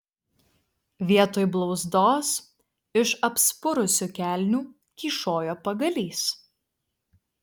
vietoj blauzdos iš apspurusių kelnių kyšojo pagalys